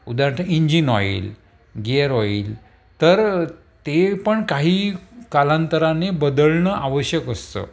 उदारत engine oil gear oil तर ते पण काही कालांतराने बदलणं आवश्यक असतं